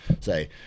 say